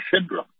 syndrome